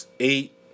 Eight